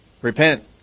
Repent